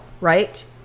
right